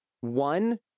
One